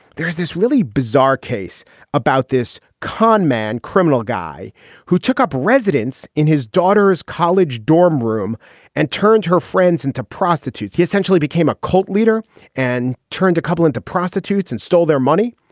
there's this really bizarre case about this con man, criminal guy who took up residence in his daughter's college dorm room and turned her friends into prostitutes. he essentially became a cult leader and turned a couple into prostitutes and stole their money.